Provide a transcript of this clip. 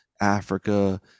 Africa